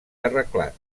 arreglat